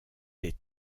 des